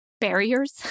barriers